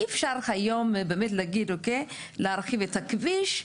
אי אפשר היום באמת להגיד אוקיי, להרחיב את הכביש,